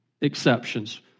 exceptions